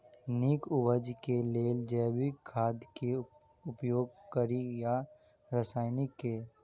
नीक उपज केँ लेल जैविक खाद केँ उपयोग कड़ी या रासायनिक केँ?